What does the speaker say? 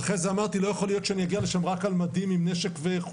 ואחרי זה אמרתי: לא יכול להיות שאני אגיע לשם רק על מדים עם נשק וכולי,